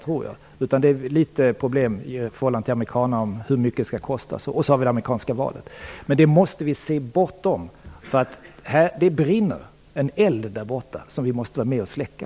Det finns några problem i förhållande till amerikanerna i fråga om hur mycket det skall kosta, och så har vi det amerikanska valet. Men det måste vi se bortom. Det brinner en eld där borta som vi måste vara med och släcka.